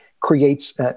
creates